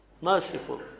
merciful